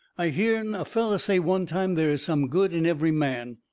i hearn a feller say one time there is some good in every man.